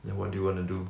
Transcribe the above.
then what do you wanna do